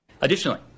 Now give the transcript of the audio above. Additionally